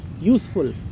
useful